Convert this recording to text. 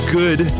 good